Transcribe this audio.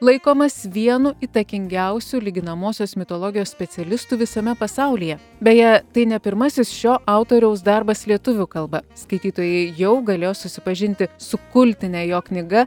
laikomas vienu įtakingiausių lyginamosios mitologijos specialistų visame pasaulyje beje tai ne pirmasis šio autoriaus darbas lietuvių kalba skaitytojai jau galėjo susipažinti su kultine jo knyga